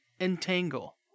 entangle